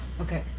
Okay